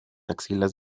axilas